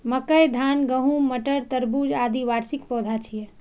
मकई, धान, गहूम, मटर, तरबूज, आदि वार्षिक पौधा छियै